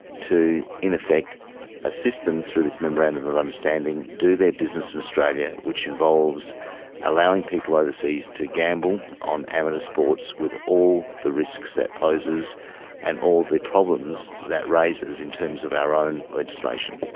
to in effect assist them through this memorandum of understanding, do their business in australia, which involves allowing people overseas to gamble on amateur sports with all the risks that poses and all the problems that raises in terms of our own legislation.